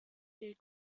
des